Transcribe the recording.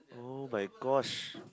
oh my gosh